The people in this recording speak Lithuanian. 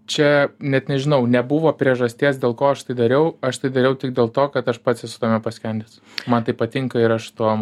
čia net nežinau nebuvo priežasties dėl ko aš tai dariau aš tai dariau tik dėl to kad aš pats esu tame paskendęs man tai patinka ir aš tuom